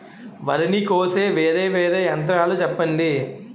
వరి ని కోసే వేరా వేరా యంత్రాలు చెప్పండి?